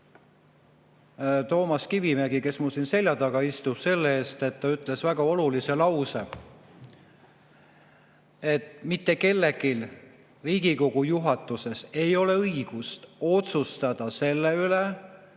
Toomas Kivimäge, kes mul siin selja taga istub, selle eest, et ta ütles väga olulise lause, et mitte kellelgi Riigikogu juhatuses ei ole õigust otsustada selle üle,